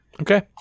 Okay